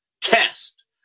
test